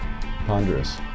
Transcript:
ponderous